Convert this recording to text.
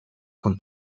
con